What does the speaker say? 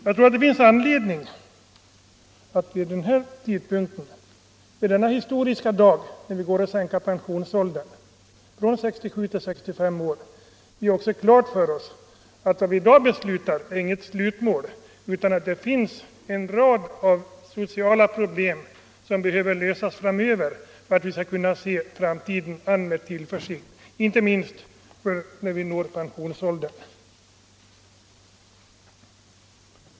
Jag tror det finns anledning att vi vid den här tidpunkten — på denna historiska dag, när vi går att sänka pensionsåldern från 67 till 65 år — också har klart för oss att vad vi i dag beslutar inte är något slutmål, utan att det finns en rad sociala problem som behöver lösas även framöver. Detta för att vi skall kunna se framtiden an med tillförsikt, inte minst när vi når pensionsåldern.